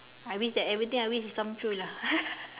I wish that everything I wish is come true lah